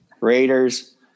raiders